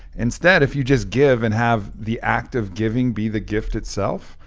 instead, if you just give and have the act of giving be the gift itself,